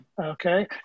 okay